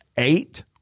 Eight